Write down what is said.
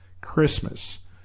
Christmas